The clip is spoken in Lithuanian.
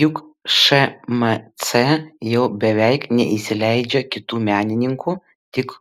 juk šmc jau beveik neįsileidžia kitų menininkų tik